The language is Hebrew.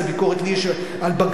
איזה ביקורת לי יש על בג"ץ,